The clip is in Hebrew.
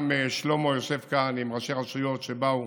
וגם, שלמה יושב כאן, עם ראשי הרשויות שבאו